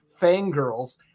fangirls